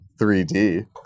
3D